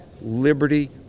liberty